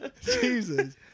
Jesus